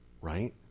Right